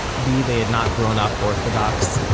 b. they had not grown up orthodox,